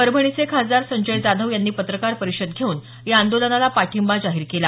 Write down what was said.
परभणीचे खासदार संजय जाधव यांनी पत्रकार परिषद घेऊन या आंदोलनाला पाठिंबा जाहीर केला